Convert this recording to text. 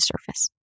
surface